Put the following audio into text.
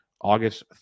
August